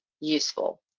useful